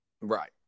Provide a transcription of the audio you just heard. Right